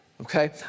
Okay